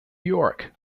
york